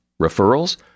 Referrals